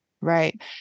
Right